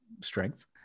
strength